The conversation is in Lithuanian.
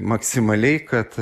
maksimaliai kad